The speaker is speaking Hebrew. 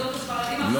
במוסדות החרדיים.